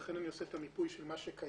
ולכן אני עושה את המיפוי של מה שקיים,